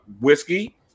whiskey